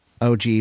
og